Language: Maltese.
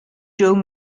joe